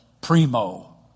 primo